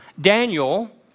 Daniel